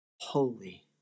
holy